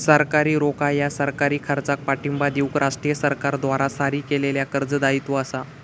सरकारी रोखा ह्या सरकारी खर्चाक पाठिंबा देऊक राष्ट्रीय सरकारद्वारा जारी केलेल्या कर्ज दायित्व असा